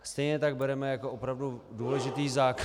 Stejně tak bereme jako opravdu důležitý zákon...